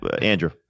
Andrew